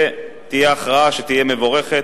ותהיה הכרעה שתהיה מבורכת.